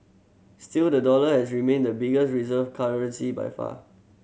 still the dollar has remained the biggest reserve currency by far